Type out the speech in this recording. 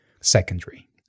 secondary